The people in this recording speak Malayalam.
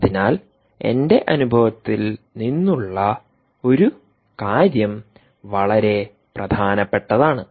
അതിനാൽ എന്റെ അനുഭവത്തിൽ നിന്നുള്ള ഒരു കാര്യം വളരെ പ്രധാനപ്പെട്ടതാണ്